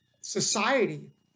society